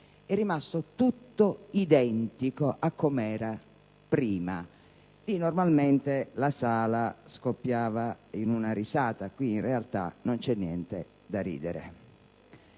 è rimasto tutto identico a come era prima. Lì normalmente la sala scoppiava in una risata. Qui, in realtà, non c'è niente da ridere.